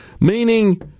meaning